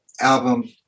album